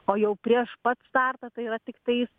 o jau prieš pat startą tai yra tiktais